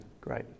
great